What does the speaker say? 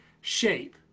shape